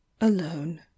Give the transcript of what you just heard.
alone